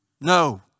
No